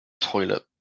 toilet